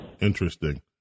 interesting